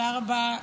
תודה רבה.